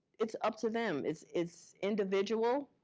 it's up to them, it's it's individual.